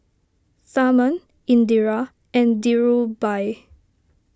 Tharman Indira and Dhirubhai